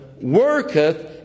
worketh